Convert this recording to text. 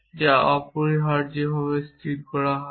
যা অপরিহার্যভাবে স্থির করা হবে